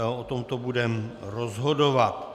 O tomto budeme rozhodovat.